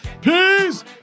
Peace